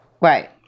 Right